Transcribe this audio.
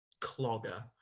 clogger